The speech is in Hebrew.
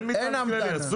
אין המתנה?